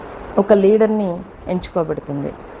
ఒక లీడర్ని ఎంచుకోబడుతుంది